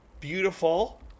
Beautiful